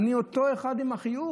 אני אותו אחד עם החיוך,